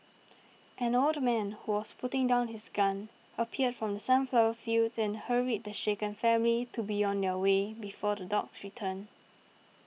an old man who was putting down his gun appeared from the sunflower fields and hurried the shaken family to be on their way before the dogs return